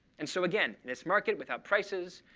and so again, this market without prices,